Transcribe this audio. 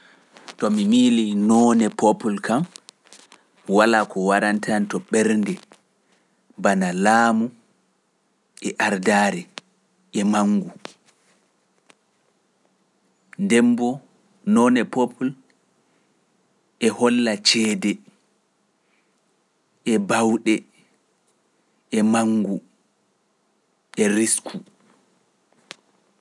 To mi miilii noone poofol kan, walaa ko warante an to ɓernde bana laamu e ardaare e mangu, nden mbo noone poofol e holla ceede e bawɗe e mangu e risku.